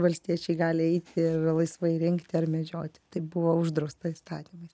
valstiečiai gali eiti ir laisvai rinkti ar medžioti tai buvo uždrausta įstatymais